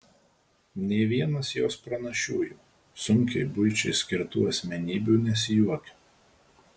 nė vienas jos pranašiųjų sunkiai buičiai skirtų asmenybių nesijuokia